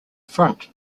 front